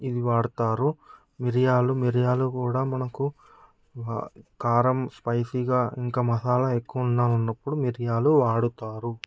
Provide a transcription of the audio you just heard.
ఇది వాడతారు మిరియాలు మిరియాలు కూడా మనకు కారం స్పైసీగా ఇంకా మసాలా ఎక్కువ ఉండాలి అన్నప్పుడు మిరియాలు వాడతారు